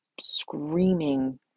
screaming